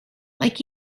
like